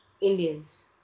Indians